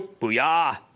Booyah